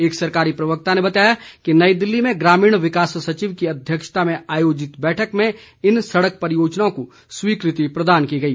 एक सरकारी प्रवक्ता ने बताया कि नई दिल्ली में ग्रामीण विकास सचिव की अध्यक्षता में आयोजित बैठक में इन सड़क परियोजनाओं को स्वीकृति प्रदान की गई